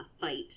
fight